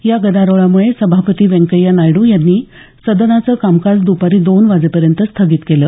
या गदारोळामुळे सभापती व्यंकय्या नायडू यांनी सदनाचं कामकाज दपारी दोन वाजेपर्यंत स्थगित केलं